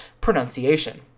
pronunciation